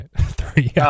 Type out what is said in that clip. Three